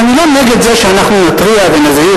ואני לא נגד זה שאנחנו נתריע ונזהיר